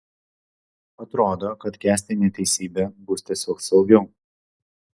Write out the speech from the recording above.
atrodo kad kęsti neteisybę bus tiesiog saugiau